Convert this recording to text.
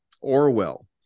Orwell